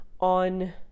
on